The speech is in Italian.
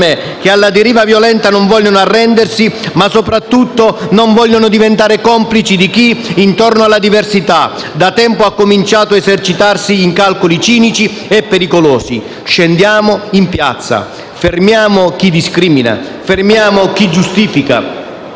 che alla deriva violenta non vogliono arrendersi, ma soprattutto non vogliono diventare complici di chi intorno alla diversità da tempo ha cominciato ad esercitarsi in calcoli cinici e pericolosi. Scendiamo in piazza, fermiamo chi discrimina, fermiamo chi giustifica,